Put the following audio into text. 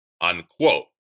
Unquote